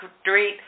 street